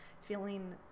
feeling